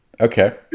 Okay